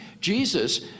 jesus